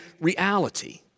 reality